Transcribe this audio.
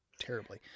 Terribly